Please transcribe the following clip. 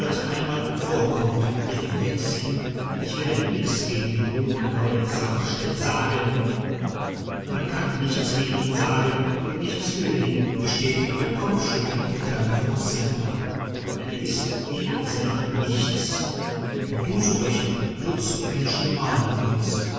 einmal vorkommt ihren jetzigen ich will ja nix gegen den guten gaudenz safferstätt sagen man kann nichts gegen ihn sagen und nichts für ihn bestätigte kopfschüttelnd die kleine frau centa denn er ist eben selber nichts wenn du so recht einen dutzendmenschen malen willst